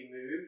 move